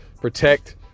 protect